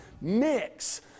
mix